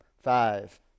five